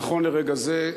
נכון לרגע זה,